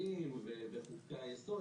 המשטריים ובחוקי היסוד.